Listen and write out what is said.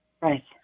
Right